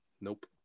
Nope